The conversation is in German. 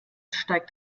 steigt